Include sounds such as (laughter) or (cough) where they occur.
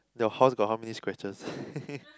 your horse got how many scratches (laughs)